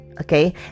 okay